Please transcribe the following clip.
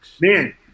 Man